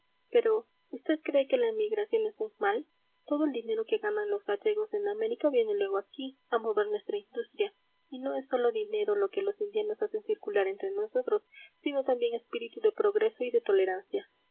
pero usted cree que la emigración es un mal todo el dinero que ganan los gallegos en américa viene luego aquí a mover nuestra industria y no es sólo dinero lo que los indianos hacen circular entre nosotros sino también espíritu de progreso y de tolerancia